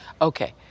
Okay